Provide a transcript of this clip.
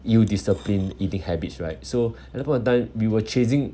ill disciplined eating habits right so at that point of time we were chasing